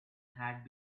had